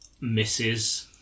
misses